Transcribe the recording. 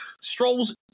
Stroll's